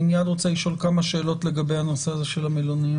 אני מייד רוצה לשאול כמה שאלות לגבי הנושא הזה של המלוניות.